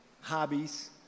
hobbies